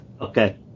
okay